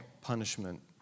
punishment